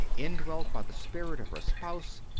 indwelt by the spirit of her spouse,